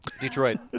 Detroit